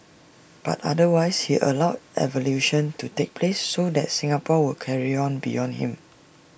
but otherwise he allowed evolution to take place so that Singapore would carry on beyond him